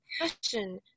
passion